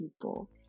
people